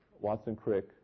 Watson-Crick